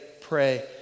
pray